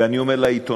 ואני אומר לעיתונאים: